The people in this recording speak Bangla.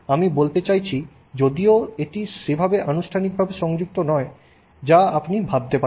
আমি বলতে চাইছি যদিও এটি সেভাবে আনুষ্ঠানিকভাবে সংযুক্ত নয় যা আপনি ভাবতে পারেন